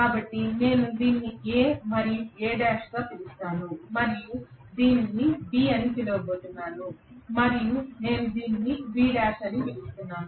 కాబట్టి నేను దీనిని A మరియు A' అని పిలుస్తాను మరియు నేను దీనిని B అని పిలవబోతున్నాను మరియు నేను దీనిని B' అని పిలుస్తాను